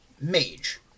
mage